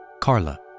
Carla